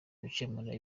gukemura